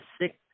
Six